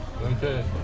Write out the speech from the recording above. Okay